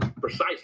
precisely